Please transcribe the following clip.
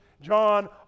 John